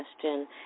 question